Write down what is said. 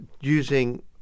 using